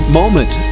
moment